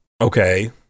Okay